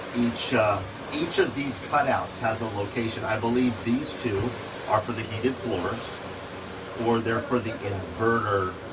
each ah each of these cutouts has a location. i believe these two are for the heated floors or they're for the inverter